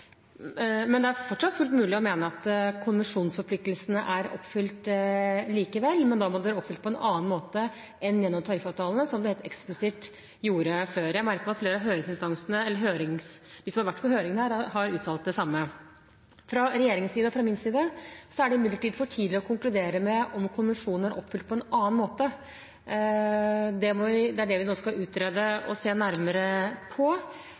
Det er fortsatt fullt mulig å mene at konvensjonsforpliktelsene er oppfylt likevel, men da må de være oppfylt på en annen måte enn gjennom tariffavtalene, som de helt eksplisitt gjorde før. Jeg merker meg at flere av høringsinstansene – de som har vært på høring her – har uttalt det samme. Fra regjeringens side og fra min side er det imidlertid for tidlig å konkludere med om konvensjonen er oppfylt på en annen måte. Det er det vi nå skal utrede og se nærmere på,